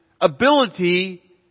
ability